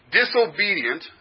disobedient